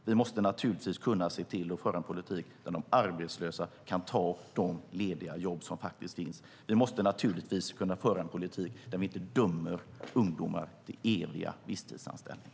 Vi måste naturligtvis föra en politik där de arbetslösa kan ta de lediga jobb som finns. Vi måste givetvis föra en politik där vi inte dömer ungdomar till evig visstidsanställning.